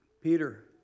Peter